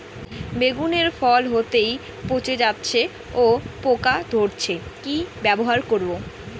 বেগুনের ফল হতেই পচে যাচ্ছে ও পোকা ধরছে কি ব্যবহার করব?